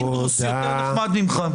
פינדרוס יותר נחמד ממך.